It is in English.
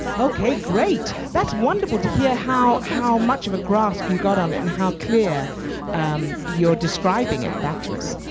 okay great. that's wonderful to hear how, how much of a grasp you got on it and how clear you're describing it back to us.